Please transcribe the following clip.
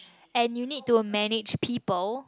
and you need to manage people